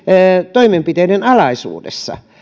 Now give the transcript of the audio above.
toimenpiteiden alaisuudessa